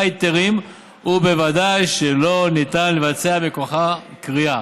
היתרים וודאי שלא ניתן לבצע מכוחה כרייה.